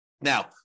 Now